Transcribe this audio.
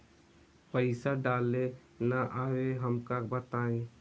पईसा डाले ना आवेला हमका बताई?